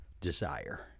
desire